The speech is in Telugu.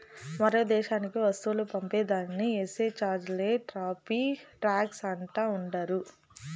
మరో దేశానికి వస్తువులు పంపే దానికి ఏసే చార్జీలే టార్రిఫ్ టాక్స్ అంటా ఉండారు